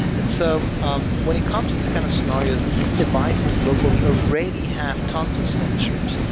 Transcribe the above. and so um when it comes to these kind of scenarios, these devices locally already have tons of sensors.